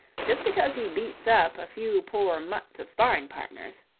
just because he beats up a few poor mutts of sparring-partners,